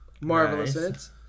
marvelous